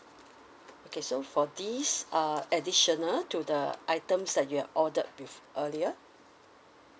okay so for this uh additional to the items that you have ordered with earlier